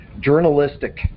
journalistic